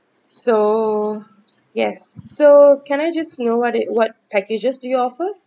so yes so can I just know what it what packages do you offer